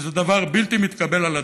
זה דבר בלתי מתקבל על הדעת,